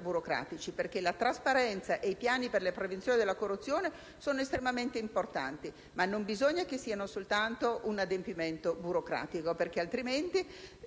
burocratici: la trasparenza ed i piani per la prevenzione della corruzione sono estremamente importanti, ma bisogna che non siano soltanto un adempimento burocratico; altrimenti,